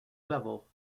level